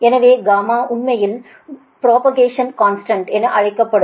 எனவே உண்மையில் propagation constant என அழைக்கப்படும்